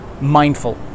mindful